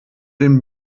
den